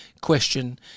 question